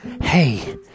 Hey